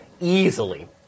easily